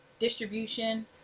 distribution